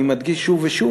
אני מדגיש שוב ושוב